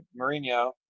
Mourinho